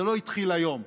זה לא התחיל היום,